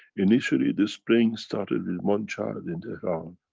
initially the spraying started with one child in tehran.